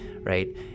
right